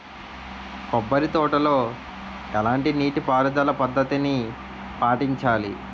కొబ్బరి తోటలో ఎలాంటి నీటి పారుదల పద్ధతిని పాటించాలి?